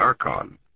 Archon